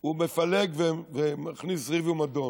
הוא מפלג ומכניס ריב ומדון.